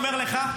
אני אמרתי לו: